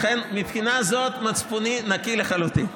לכן, מהבחינה הזאת מצפוני נקי לחלוטין.